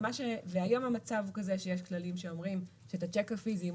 היום המצב הוא כזה שיש כללים שאומרים שאת השיק הפיזי,